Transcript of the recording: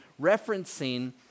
referencing